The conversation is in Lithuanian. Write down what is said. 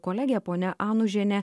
kolegė ponia anužienė